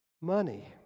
money